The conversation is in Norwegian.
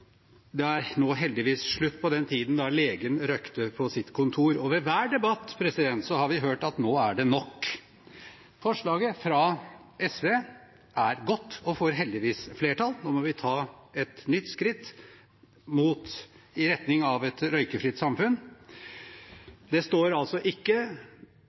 Det er nå heldigvis slutt på den tiden da legen røykte på sitt kontor. Og ved hver debatt har vi hørt at nå er det nok. Forslaget fra SV er godt og får heldigvis flertall. Nå må vi ta et nytt skritt i retning av et røykfritt samfunn. Det står altså ikke